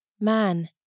Man